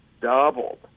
doubled